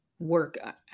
Work